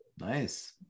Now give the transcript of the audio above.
Nice